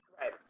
Right